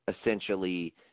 Essentially